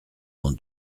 dans